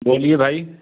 बोलिए भाई